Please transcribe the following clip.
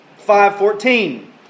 5.14